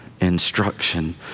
instruction